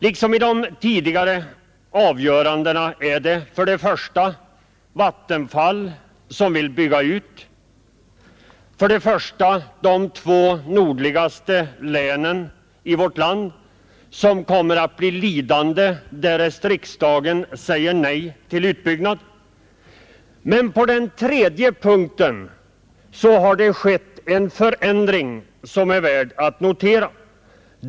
Liksom vid de tidigare avgörandena är det för det första Vattenfall som vill bygga ut och, för det andra de två nordligaste länen i vårt land som kommer att bli lidande, därest riksdagen säger nej till utbyggnaden. På den tredje punkten har det skett en förändring som är värd att notera.